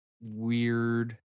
weird